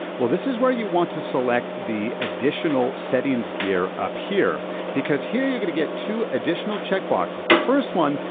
well this is where you want to select the additional settings gear up here because here you're gonna get two additional check boxes. the first one,